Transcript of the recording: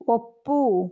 ಒಪ್ಪು